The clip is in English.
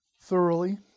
thoroughly